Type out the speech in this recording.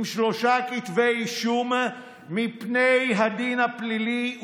שלושה כתבי אישום מפני הדין הפלילי,